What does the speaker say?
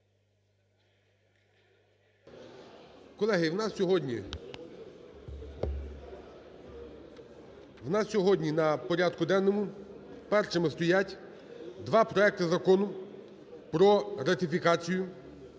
Колеги, в нас сьогодні на порядку денному першими стоять два проекти закону про ратифікацію.